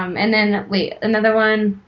um and then, wait, another one,